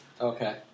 Okay